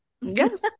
yes